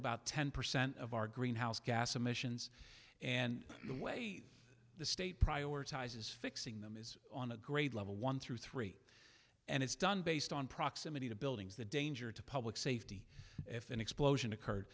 about ten percent of our greenhouse gas emissions and the way the state prioritize is fixing them is on a grade level one through three and it's done based on proximity to buildings the danger to public safety if an explosion occurred